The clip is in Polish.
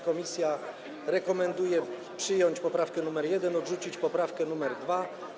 Komisje rekomendują przyjąć poprawkę nr 1 i odrzucić poprawkę nr 2.